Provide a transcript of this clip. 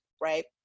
right